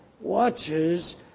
watches